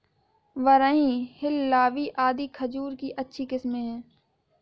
बरही, हिल्लावी आदि खजूर की अच्छी किस्मे हैं